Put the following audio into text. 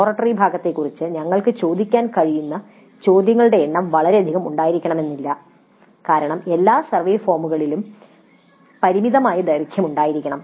laboratory ഭാഗത്തെക്കുറിച്ച് ഞങ്ങൾക്ക് ചോദിക്കാൻ കഴിയുന്ന ചോദ്യങ്ങളുടെ എണ്ണം വളരെയധികം ഉണ്ടാകണമെന്നില്ല കാരണം എല്ലാ സർവേ ഫോമുകളിലും പരിമിതമായ ദൈർഘ്യമുണ്ടായിരിക്കണം